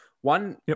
One